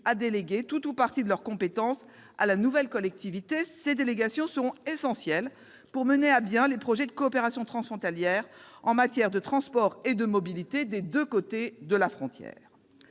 à déléguer tout ou partie de leur compétence à la nouvelle collectivité. Ces délégations seront essentielles pour mener à bien les projets de coopération transfrontalière en matière de transport et de mobilité des deux côtés de la frontière.